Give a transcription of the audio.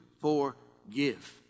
forgive